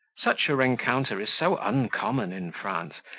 such a rencounter is so uncommon in france,